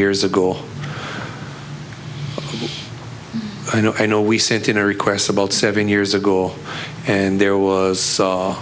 years ago i know i know we see it in our requests about seven years ago and there was i